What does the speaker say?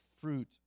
fruit